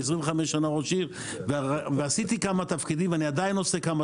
את עובדי הציבור אין בעיה להעביר יחסית מידית כי הם עומדים בקריטריונים.